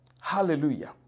hallelujah